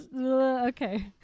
okay